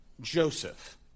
Joseph